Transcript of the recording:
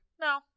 No